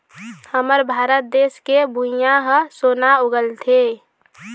हमर भारत देस के भुंइयाँ ह सोना उगलथे